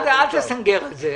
אל תסנגר על זה.